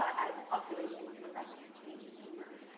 as population and demographic changes emerge.